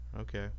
Okay